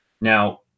Now